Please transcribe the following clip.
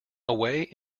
away